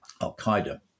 Al-Qaeda